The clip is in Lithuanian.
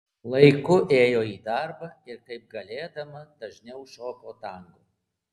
laiku ėjo į darbą ir kaip galėdama dažniau šoko tango